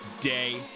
day